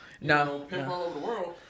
no